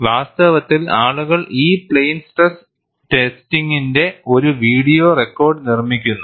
വാസ്തവത്തിൽ ആളുകൾ ഈ പ്ലെയിൻ സ്ട്രെസ് ടെസ്റ്റിംഗിന്റെ ഒരു വീഡിയോ റെക്കോർഡ് നിർമ്മിക്കുന്നു